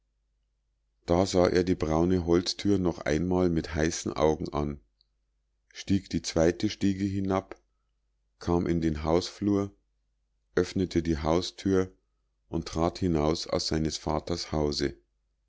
da sah er die braune holztür noch einmal mit heißen augen an stieg die zweite stiege hinab kam in den hausflur öffnete die haustür und trat hinaus aus seines vaters hause